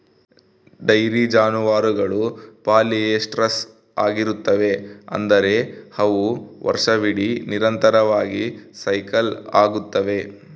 dairy ಜಾನುವಾರುಗಳು polyestrous ಆಗಿರುತ್ತವೆ, ಅಂದರೆ ಅವು ವರ್ಷವಿಡೀ ನಿರಂತರವಾಗಿ ಸೈಕಲ್ ಆಗುತ್ತವೆ